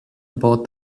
about